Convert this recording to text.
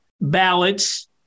ballots